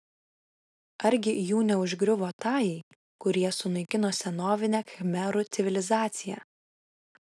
argi jų neužgriuvo tajai kurie sunaikino senovinę khmerų civilizaciją